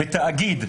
בתאגיד,